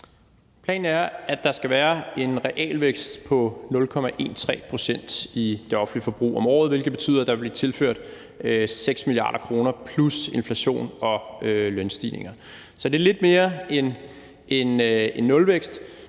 Planen er, at der skal være en realvækst på 0,13 pct. i det offentlige forbrug om året, hvilket betyder, at der vil blive tilført 6 mia. kr. plus inflation og lønstigninger. Så det er lidt mere end en nulvækst.